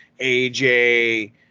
AJ